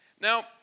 Now